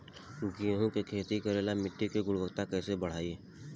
गेहूं के खेती करेला मिट्टी के गुणवत्ता कैसे बढ़ाई?